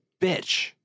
bitch